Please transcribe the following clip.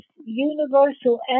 universal